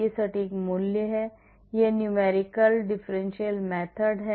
यह सटीक मूल्य है यह numerical difference method है